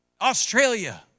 Australia